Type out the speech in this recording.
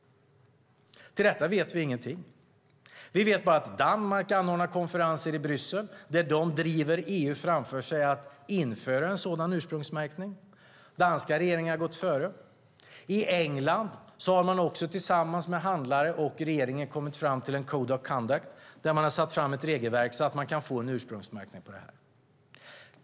Om detta vet vi ingenting. Vi vet bara att Danmark anordnar konferenser i Bryssel där de driver EU framför sig för att införa en sådan ursprungsmärkning. Den danska regeringen har gått före. I England har regeringen tillsammans med handlare kommit fram till en code of cunduct och lagt fast ett regelverk för en ursprungsmärkning.